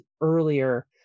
earlier